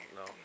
no